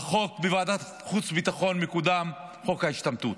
בוועדת חוץ וביטחון מקודם חוק ההשתמטות.